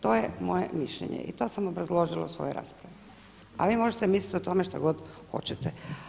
To je moje mišljenje i to sam obrazložila u svojoj raspravi, a vi možete misliti o tome što god hoćete.